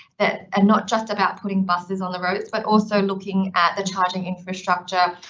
that are not just about putting buses on the roads, but also looking at the charging infrastructure,